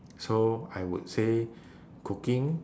so I would say cooking